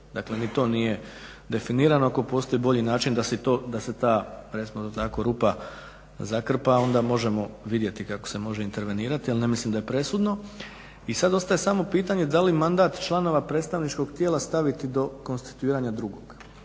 dakle ni to nije definirano, ako postoji bolji način da se ta recimo to tako rupa zakrpa, onda možemo vidjeti kako se može intervenirati, ali ne mislim da je presudno. I sad ostaje samo pitanje da li mandat članova predstavničkog tijela staviti do konstituiranja drugog.